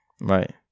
right